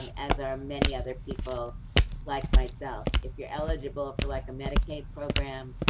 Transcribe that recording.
um as are many other people like myself. if you're eligible for like a medicaid program,